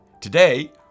Today